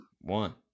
One